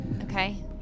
Okay